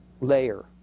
layer